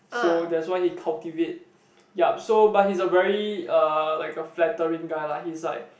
so that's why he cultivate yup so but he's a very uh like a very flattering guy [lah]he's like